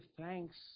thanks